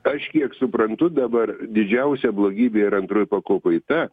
aš kiek suprantu dabar didžiausia blogybė yra antroj pakopoj ta